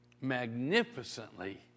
magnificently